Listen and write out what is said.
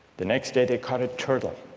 the next day they caught a turtle